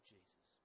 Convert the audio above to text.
Jesus